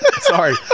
sorry